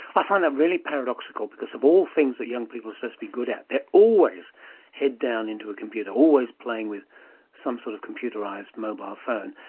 i find that really paradoxical because of all things that young people are supposed to be good at, they're always head down into a computer, always playing with some sort of computerised mobile phone,